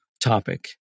topic